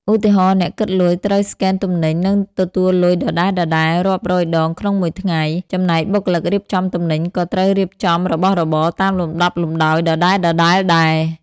ឧទាហរណ៍ អ្នកគិតលុយត្រូវស្កេនទំនិញ និងទទួលលុយដដែលៗរាប់រយដងក្នុងមួយថ្ងៃ ចំណែកបុគ្គលិករៀបចំទំនិញក៏ត្រូវរៀបចំរបស់របរតាមលំដាប់លំដោយដដែលៗដែរ។